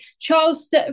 Charles